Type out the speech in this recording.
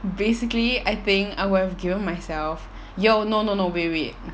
basically I think I would have given myself yo no no no wait wait